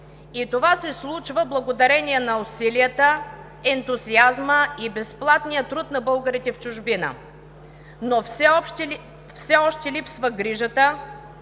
и това се случва благодарение на усилията, ентусиазма и безплатния труд на българите в чужбина, но все още липсва грижата,